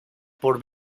por